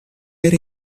era